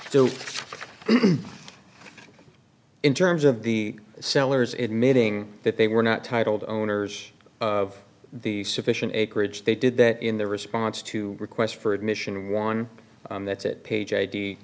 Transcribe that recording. so in terms of the sellers admitting that they were not titled owners of the sufficient acreage they did that in their response to requests for admission one that's at page i